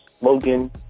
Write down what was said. Logan